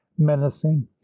menacing